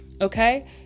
okay